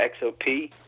XOP